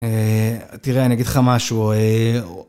אה... תראה, אני אגיד לך משהו, אה...